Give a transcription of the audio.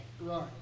Right